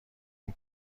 اون